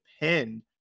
depend